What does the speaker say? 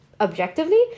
objectively